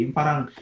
parang